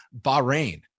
Bahrain